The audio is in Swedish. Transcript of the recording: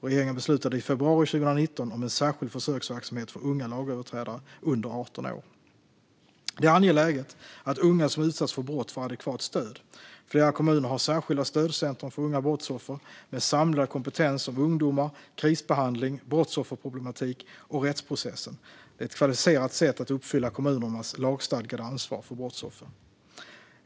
Regeringen beslutade i februari 2019 om en särskild försöksverksamhet för unga lagöverträdare under 18 år. Det är angeläget att unga som utsatts för brott får adekvat stöd. Flera kommuner har särskilda stödcentrum för unga brottsoffer, med samlad kompetens om ungdomar, krisbehandling, brottsofferproblematik och rättsprocessen - ett kvalificerat sätt att uppfylla kommunernas lagstadgade ansvar för brottsoffer.